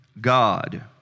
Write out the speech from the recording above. God